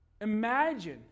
imagine